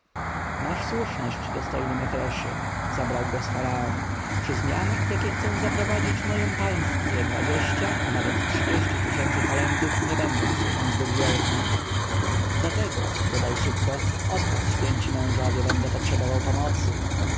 masz słuszność dostojny mefresie zabrał głos faraon przy zmianach jakie chcę zaprowadzić w mojem państwie dwadzieścia a nawet trzydzieści tysięcy talentów nie będzie sumą zbyt wielką dlatego dodał szybko od was święci mężowie będę potrzebował pomocy